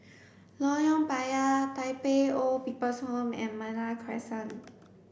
Lorong Payah Tai Pei Old People's Home and Malta Crescent